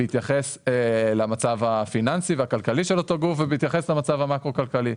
בהתייחס למצב הפיננסי והכלכלי של אותו גוף ובהתייחס למצב המאקרו-כלכלי.